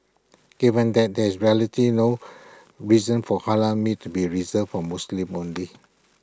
given that there is rarity no reason for Halal meat to be reserved for Muslims only